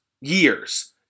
Years